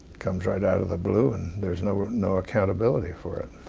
comes right out of the blue and there's no no accountability for it.